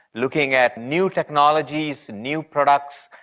looking at new technologies, new products,